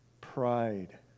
pride